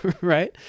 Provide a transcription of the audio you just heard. right